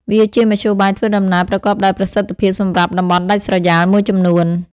វាជាមធ្យោបាយធ្វើដំណើរប្រកបដោយប្រសិទ្ធភាពសម្រាប់តំបន់ដាច់ស្រយាលមួយចំនួន។